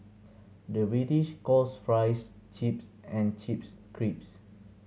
the British calls fries chips and chips crisps